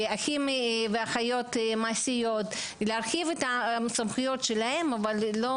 אחים ואחיות מעשיות - להרחיב את הסמכויות שלהם אבל לא